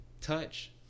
touch